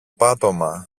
πάτωμα